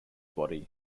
body